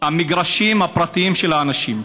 המגרשים הפרטיים של האנשים,